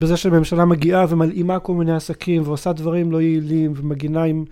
בזה שהממשלה מגיעה ומלאימה כל מיני עסקים ועושה דברים לא יעילים ומגנה..